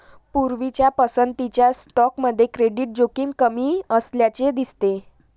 पूर्वीच्या पसंतीच्या स्टॉकमध्ये क्रेडिट जोखीम कमी असल्याचे दिसते